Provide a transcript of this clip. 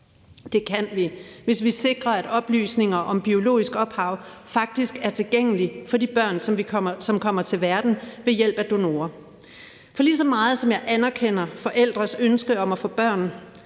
Det kan vi, hvis vi sikrer, at oplysninger om biologisk ophav faktisk er tilgængelige for de børn, som kommer til verden ved hjælp af donorer. For lige så meget som jeg anerkender forældres ønske om at få børn,